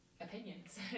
opinions